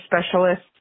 specialist